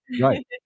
Right